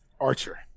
Archer